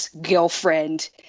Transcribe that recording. girlfriend